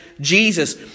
Jesus